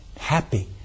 Happy